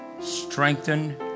strengthen